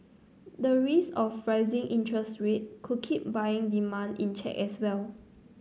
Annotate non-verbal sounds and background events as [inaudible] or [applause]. the risk of [unintelligible] interest rate could keep buying demand in check as well